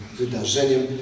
wydarzeniem